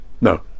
No